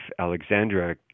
Alexandra